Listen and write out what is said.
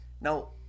Now